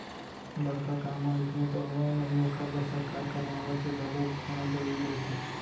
बड़का काम ह अइसने तो होवय नही ओखर बर सरकार करा आवक के घलोक होना जरुरी रहिथे